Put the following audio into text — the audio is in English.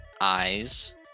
eyes